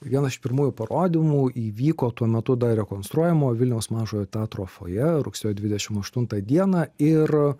viena iš pirmųjų parodymų įvyko tuo metu dar rekonstruojamo vilniaus mažojo teatro foje rugsėjo dvidešim aštuntą dieną ir